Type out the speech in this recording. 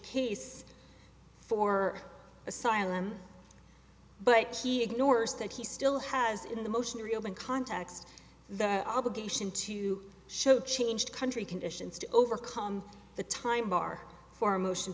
case for asylum but he ignores that he still has in the motion to reopen context the obligation to show change country conditions to overcome the time bar for motion t